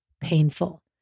painful